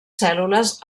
cèl·lules